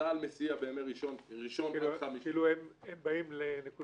צה"ל מסיע בימי ראשון --- כאילו הם באים לנקודות